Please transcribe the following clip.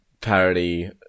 parody